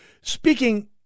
speaking